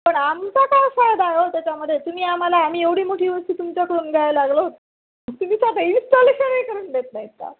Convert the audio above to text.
पण आमचा काय फायदा आहे हो त्याच्यामध्ये तुम्ही आम्हाला आम्ही एवढी मोठी वस्तू तुमच्याकडून घाय लागलो तुम्ही साधा इन्स्टॉलेशनही करून देत नाहीत का